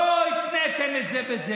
לא התניתם את זה בזה.